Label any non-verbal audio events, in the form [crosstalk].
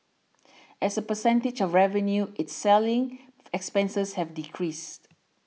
as a percentage of revenue its selling [unintelligible] expenses have decreased